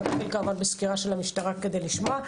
נתחיל בסקירה של המשטרה כדי לשמוע.